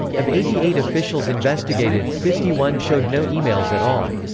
of eighty eight officials investigated, fifty one showed no emails at all.